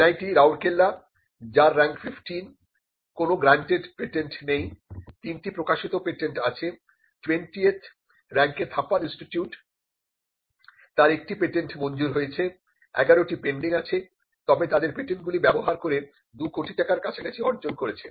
NIT Rourkela যার rank fifteen কোন granted patent নেই 3টি প্রকাশিত পেটেন্ট আছে 20th রাঙ্ক এ THAPAR ইনস্টিটিউট তার একটি পেটেন্ট মঞ্জুর হয়েছে 11 টি পেন্ডিং আছে তারা তাদের পেটেন্টগুলি ব্যবহার করে দুই কোটি টাকার কাছাকাছি উপার্জন করেছে